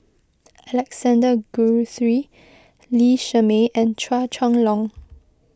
Alexander Guthrie Lee Shermay and Chua Chong Long